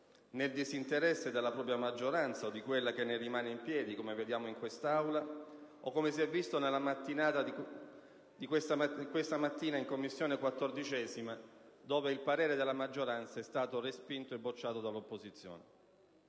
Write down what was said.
nel disinteresse della propria maggioranza, o di quella che ne rimane in piedi, come vediamo in quest'Aula o come si è visto questa mattina in 14a Commissione, dove il parere della maggioranza è stato bocciato dai voti dell'opposizione.